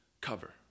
cover